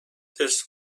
this